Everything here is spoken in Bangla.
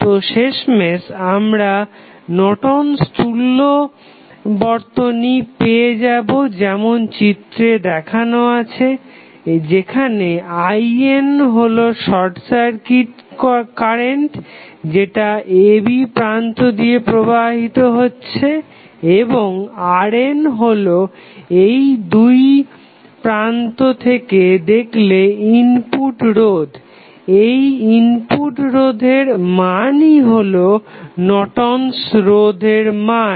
তো শেষমেশ আমরা নর্টন'স তুল্য বর্তনী পেয়ে যাবো যেমনটি চিত্রে দেখানো আছে যেখানে IN হলো শর্ট সার্কিট কারে যেটা a b প্রান্ত দিয়ে প্রবাহিত হচ্ছে এবং RN হলো এই দুটি প্রান্ত থেকে দেখলে ইনপুট রোধ এই ইনপুট রোধের মানই হলো নর্টন'স রোধের Nortons resistance মান